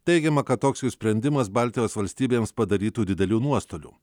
teigiama kad toks jų sprendimas baltijos valstybėms padarytų didelių nuostolių